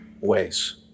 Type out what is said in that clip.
ways